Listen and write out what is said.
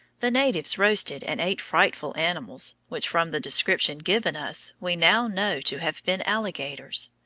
the natives roasted and ate frightful animals, which from the description given us we now know to have been alligators.